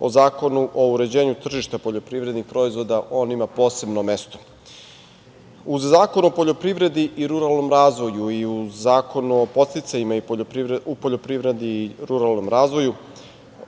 o Zakonu o uređenju tržišta poljoprivrednih proizvoda, on ima posebno mesto. Uz Zakon o poljoprivredi i ruralnom razvoju i u Zakonu o podsticajima u poljoprivredi i ruralnom razvoju